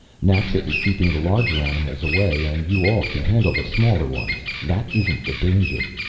naxa is keeping the larger animals away and you all can handle the smaller ones. that isn't the danger.